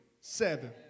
Seven